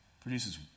produces